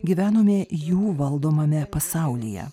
gyvenome jų valdomame pasaulyje